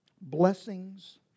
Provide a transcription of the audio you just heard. blessings